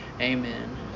amen